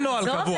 עזוב,